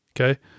okay